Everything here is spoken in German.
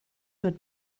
mit